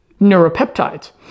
neuropeptides